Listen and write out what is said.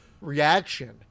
reaction